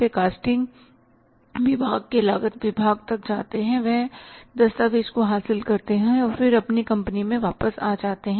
वे costing विभाग के लागत विभाग तक जाते हैं वह दस्तावेज़ को हासिल करते हैं और फिर अपने कंपनी में वापस आ जाते हैं